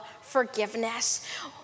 forgiveness